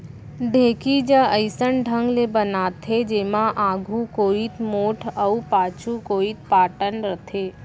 ढेंकी ज अइसन ढंग ले बनाथे जेमा आघू कोइत मोठ अउ पाछू कोइत पातन रथे